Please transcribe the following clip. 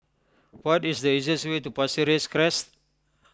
what is the easiest way to Pasir Ris Crest